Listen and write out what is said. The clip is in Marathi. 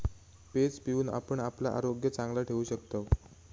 पेज पिऊन आपण आपला आरोग्य चांगला ठेवू शकतव